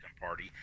party